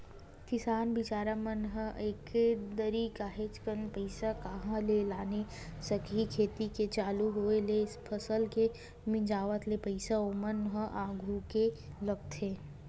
किसान बिचारा मन ह एके दरी काहेच कन पइसा कहाँ ले लाने सकही खेती के चालू होय ले फसल के मिंजावत ले पइसा ओमन ल अघुवाके लगथे